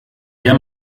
der